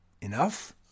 enough